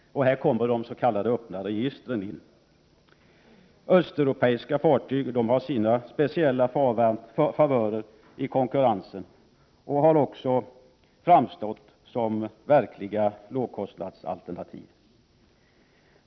Här kommer de s.k. öppna registren in. Östeuropeiska fartyg har sina speciella favörer i konkurrensen och har också framstått som verkliga lågkostnadsalternativ.